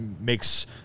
makes